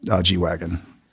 G-Wagon